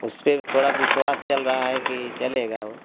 उस पर थोड़ा विश्वास चल रहा है कि चलेगा वो